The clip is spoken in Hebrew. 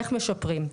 איך משפרים.